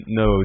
no